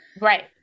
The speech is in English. right